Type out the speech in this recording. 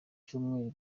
cyumweru